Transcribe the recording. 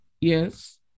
yes